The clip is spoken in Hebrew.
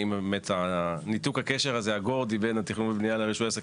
האם ניתוק הקשר הגורדי הזה בין התכנון והבנייה לרישוי עסקים,